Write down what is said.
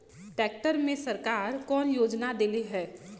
Tractor मे सरकार कवन योजना देले हैं?